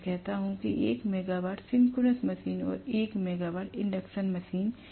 तो मैं कहता हूं कि 1 मेगावाट सिंक्रोनस मशीन और 1 मेगावॉट इंडक्शन मशीन